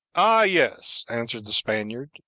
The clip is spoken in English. ah yes, answered the spaniard,